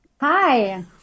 Hi